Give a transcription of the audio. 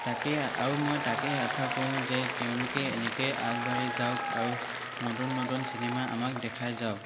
তাকেই আৰু মই তাকেই আশা কৰোঁ যে তেওঁলোকে এনেকেই আগবাঢ়ি যাওঁক আৰু নতুন নতুন চিনেমা আমাক দেখাই যাওঁক